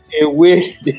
away